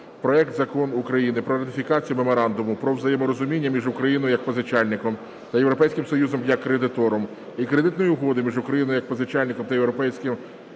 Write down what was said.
проект Закону України "Про ратифікацію Меморандуму про взаєморозуміння між Україною як Позичальником та Європейським Союзом як Кредитором і Кредитної угоди між Україною як Позичальником та Національним